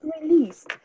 released